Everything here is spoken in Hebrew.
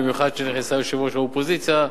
במיוחד שנכנסה יושבת-ראש האופוזיציה,